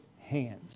hands